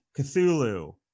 Cthulhu